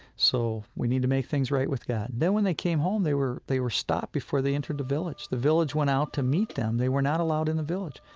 so we need to make things right with god then when they came home, they were they were stopped before they entered the village. the village went out to meet them. they were not allowed in the village.